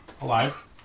alive